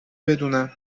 بدونن